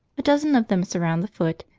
a dozen of them surround the foot,